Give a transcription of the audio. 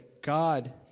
God